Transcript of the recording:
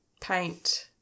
paint